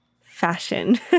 fashion